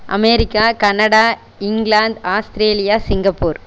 America Canada England Australia Singapore